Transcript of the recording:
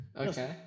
Okay